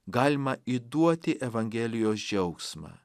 galima įduoti evangelijos džiaugsmą